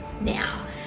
now